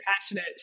passionate